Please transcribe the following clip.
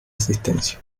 existencia